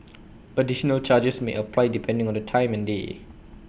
additional charges may apply depending on the time and day